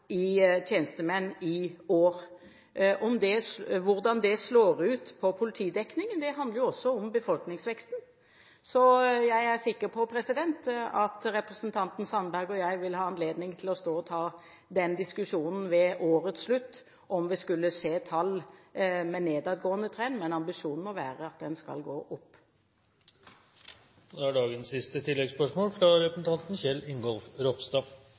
tjenestemenn i år. Hvordan det slår ut på politidekningen, handler jo også om befolkningsveksten. Jeg er sikker på at representanten Sandberg og jeg vil få anledning til å ta den diskusjonen ved årets slutt – om vi skulle se tall med nedadgående trend. Men ambisjonen må være at de skal opp. Kjell Ingolf Ropstad – til dagens siste